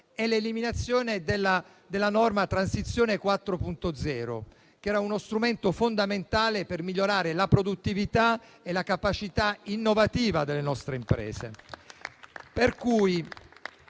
è l'eliminazione della norma Transizione 4.0, che era uno strumento fondamentale per migliorare la produttività e la capacità innovativa delle nostre imprese.